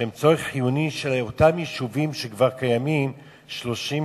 שהן צורך חיוני של אותם יישובים שכבר קיימים 30 שנה.